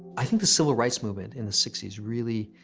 i think the civil rights movement in the sixty s really